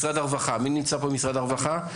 משרד הרווחה מי נמצא פה ממשרד הרווחה?